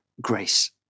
grace